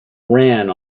ran